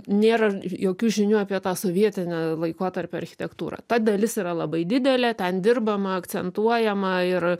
nėra jokių žinių apie tą sovietinę laikotarpio architektūrą ta dalis yra labai didelė ten dirbama akcentuojama ir